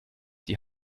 die